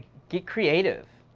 get creative.